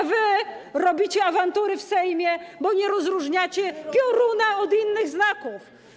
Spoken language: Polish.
A wy robicie awantury w Sejmie, bo nie rozróżniacie pioruna od innych znaków.